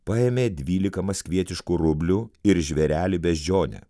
paėmė dvylika maskvietiškų rublių ir žvėrelį beždžionę